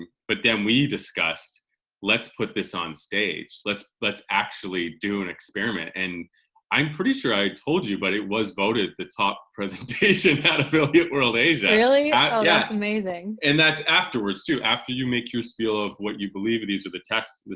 um but then we discussed let's put this on stage. let's let's actually do an experiment and i'm pretty sure i told you but it was voted the top presentation at affiliate world asia. really? that's yeah amazing! and that's afterwards too. after you made your spiel of what you believe. these are the tests,